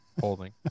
holding